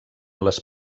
les